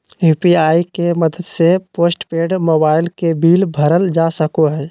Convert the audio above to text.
UPI के मदद से पोस्टपेड मोबाइल के बिल भरल जा सको हय